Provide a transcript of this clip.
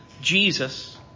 Jesus